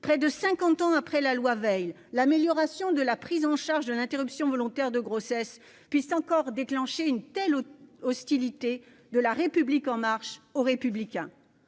près de cinquante ans après la loi Veil, l'amélioration de la prise en charge de l'interruption volontaire de grossesse puisse encore déclencher une telle hostilité, de La République en Marche aux Républicains.